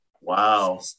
wow